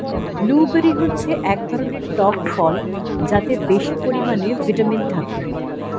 blueberry হচ্ছে এক ধরনের টক ফল যাতে বেশি পরিমাণে ভিটামিন থাকে